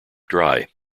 dry